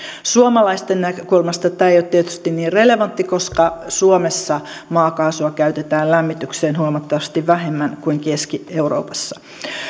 suomalaisten näkökulmasta tämä ei ole tietysti niin relevanttia koska suomessa maakaasua käytetään lämmitykseen huomattavasti vähemmän kuin keski euroopassa